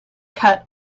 cut